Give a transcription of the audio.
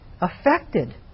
affected